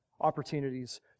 opportunities